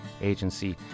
agency